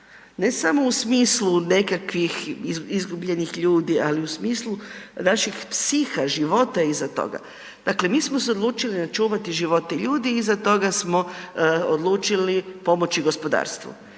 Ne samo u smislu nekakvih izgubljenih ljudi, ali u smislu naših psiha, života iza toga. Dakle, mi smo se odlučili čuvati živote ljudi, iza toga smo odlučili pomoći gospodarstvu.